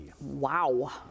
Wow